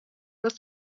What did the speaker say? was